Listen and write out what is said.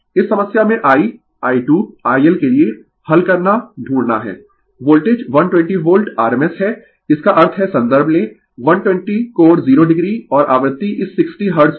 इस समस्या में I I2 IL के लिए हल करना ढूंढना है वोल्टेज 120 वोल्ट rms है इसका अर्थ है संदर्भ लें 120 कोण 0 o और आवृत्ति इस 60 हर्ट्ज पर